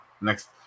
next